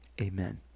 amen